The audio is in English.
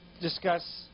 discuss